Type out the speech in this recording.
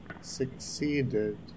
succeeded